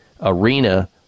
arena